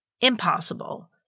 impossible